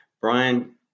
Brian